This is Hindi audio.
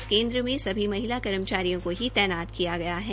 इस केन्द्र में सभी महिला कर्मचारियों को ही तैनात किया गया है